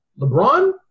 LeBron